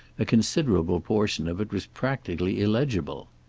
a considerable portion of it was practically illegible.